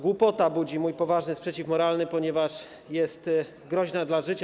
Głupota budzi mój poważny sprzeciw moralny, ponieważ jest groźna dla życia.